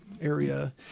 area